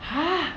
!huh!